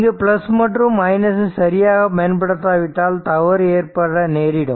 இங்கு பிளஸ் மற்றும் மைனஸ் ஐ சரியாக பயன்படுத்தாவிட்டால் தவறு ஏற்பட நேரிடும்